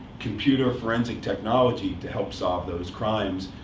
computer forensic technology to help sort of those crimes.